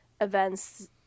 events